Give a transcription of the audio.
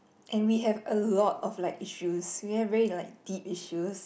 and we have a lot of like issues we have very like deep issues